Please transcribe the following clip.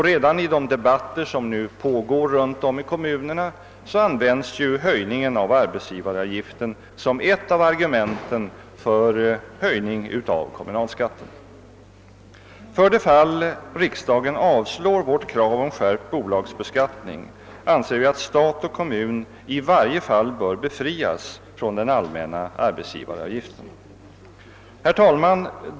Redan i den debatt som nu pågår runt om i kommunerna används höjningen av arbetsgivaravgiften som ett av argumenten för en höjning av kommunalskatten. För det fall riksdagen avslår vårt krav på skärpt bolagsbeskattning anser vi att stat och kommun i varje fall bör befrias från den allmänna arbetsgivaravgiften. Herr talman!